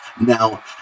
Now